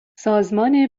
سازمان